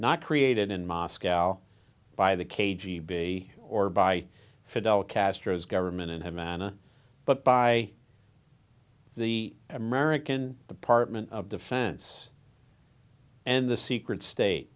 not created in moscow by the k g b or by fidel castro's government in his manner but by the american apartment of defense and the secret state